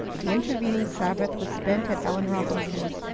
the intervening sabbath was spent at ellen robinson's.